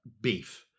beef